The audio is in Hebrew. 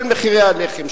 של מחירי הלחם,